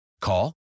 Call